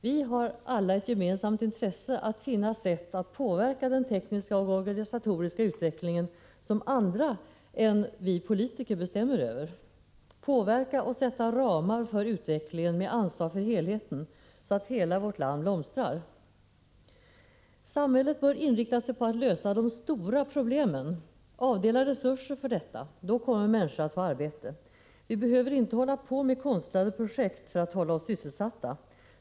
Vi har alla ett gemensamt intresse av att finna sätt att påverka den tekniska och organisatoriska utvecklingen, som andra än vi politiker bestämmer över. Det gäller att påverka och sätta ramar för utvecklingen med ansvar för helheten, så att hela vårt land blomstrar. Samhället bör inrikta sig på att lösa de stora problemen, avdela resurser för detta, då kommer människor att få arbete. Vi behöver inte hålla på med konstlade projekt för att hålla oss sysselsatta.